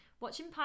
watching